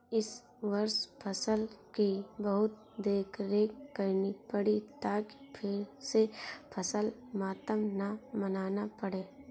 इस वर्ष फसल की बहुत देखरेख करनी पड़ी ताकि फिर से फसल मातम न मनाना पड़े